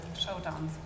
Showdowns